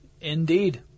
Indeed